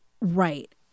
Right